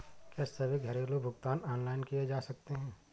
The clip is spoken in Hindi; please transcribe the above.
क्या सभी घरेलू भुगतान ऑनलाइन किए जा सकते हैं?